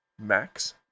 max